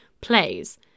plays